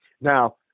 Now